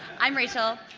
i'm rachel